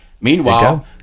Meanwhile